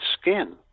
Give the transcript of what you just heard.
skin